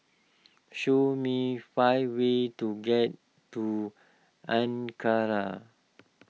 show me five ways to get to Ankara